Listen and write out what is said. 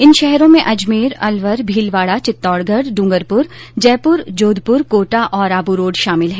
इन शहरों में अजमेर अलवर भीलवाड़ा चित्तौडगढ़ ड्रंगरपुर जयपुर कोटा और आबूरोड शामिल है